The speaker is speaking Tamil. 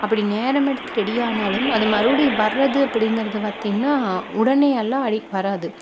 அப்படி நேரம் எடுத்து ரெடியானாலும் அது மறுபடி வர்றது அப்பிடிங்கிறது பார்த்திங்னா உடனே எல்லாம் அழி வராது